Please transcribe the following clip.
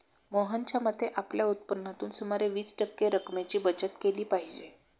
मोहनच्या मते, आपल्या उत्पन्नातून सुमारे वीस टक्के रक्कमेची बचत केली पाहिजे